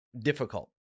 difficult